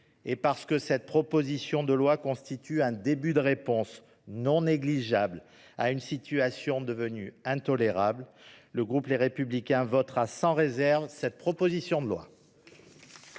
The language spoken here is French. Toutefois, cette proposition de loi constituant un début de réponse non négligeable à une situation devenue intolérable, le groupe Les Républicains la votera sans réserve. Très bien ! La